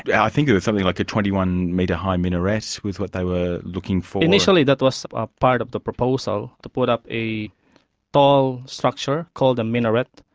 i think it was something like a twenty one metre high minaret was what they were looking for. initially that was part of the proposal, to put up a tall structure called a minaret.